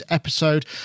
episode